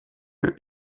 lieu